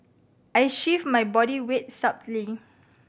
I shift my body weight subtly